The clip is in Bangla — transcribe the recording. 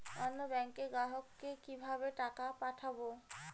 অন্য ব্যাংকের গ্রাহককে কিভাবে টাকা পাঠাবো?